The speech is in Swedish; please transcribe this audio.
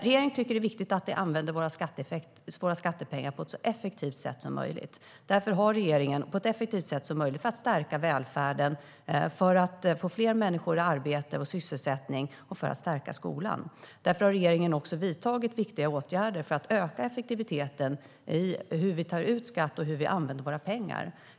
Regeringen tycker att det är viktigt att vi använder våra skattepengar på ett så effektivt sätt som möjligt för att stärka välfärden, för att få fler människor i arbete och sysselsättning och för att stärka skolan. Därför har regeringen också vidtagit viktiga åtgärder för att öka effektiviteten när det gäller hur vi tar ut skatt och hur vi använder våra pengar.